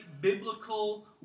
biblical